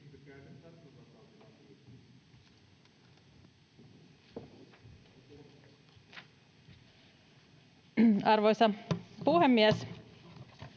Arvoisa puhemies!